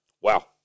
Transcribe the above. Wow